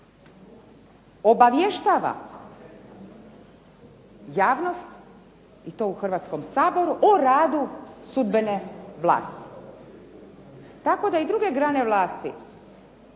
obavještava javnost i to u Hrvatskom saboru o radu sudbene vlasti. Tako da i druge grane vlasti